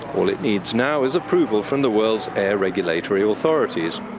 all it needs now is approval from the world's air regulatory authorities.